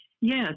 Yes